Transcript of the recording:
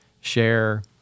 share